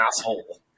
asshole